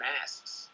masks